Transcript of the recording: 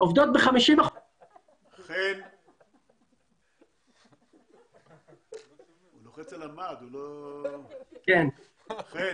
בוודאי על אנגליה שבתוך שנתיים ירדה לאפס או כמעט לאפס.